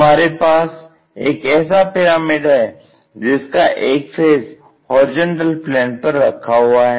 हमारे पास एक ऐसा पिरामिड है जिसका एक फेस HP पर रखा हुआ है